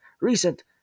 recent